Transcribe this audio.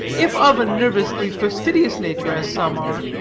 if of a nervously fastidious nature, as some are,